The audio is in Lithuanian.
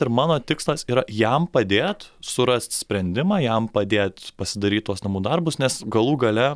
ir mano tikslas yra jam padėt surast sprendimą jam padėt pasidaryt tuos namų darbus nes galų gale